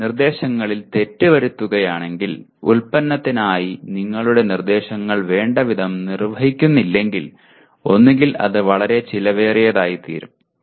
നിങ്ങൾ നിർദേശങ്ങളിൽ തെറ്റ് വരുത്തുകയാണെങ്കിൽ ഉൽപ്പന്നത്തിനായി നിങ്ങളുടെ നിർദേശങ്ങൾ വേണ്ടവിധം നിർവ്വചിക്കുന്നില്ലെങ്കിൽ ഒന്നുകിൽ അത് വളരെ ചെലവേറിയതായിത്തീരും